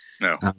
No